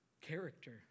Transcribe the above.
character